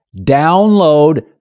Download